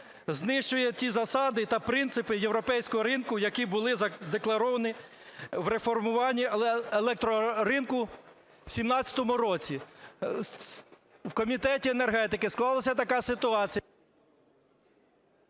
знищує ті засади та принципи європейського ринку, які були задекларовані в реформуванні електроринку в 17-му році. В комітеті енергетики склалася така ситуація…